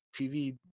TV